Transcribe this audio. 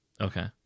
Okay